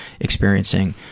experiencing